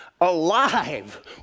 alive